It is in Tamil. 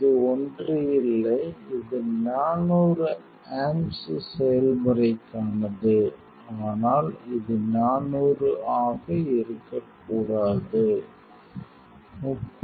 இது ஒன்று இல்லை இது 400 ஆம்ப்ஸ் செயல்முறைக்கானது ஆனால் இது 400 ஆக இருக்கக்கூடாது 2518